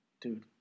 dude